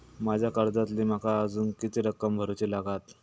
माझ्या कर्जातली माका अजून किती रक्कम भरुची लागात?